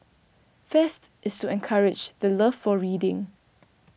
fest is to encourage the love for reading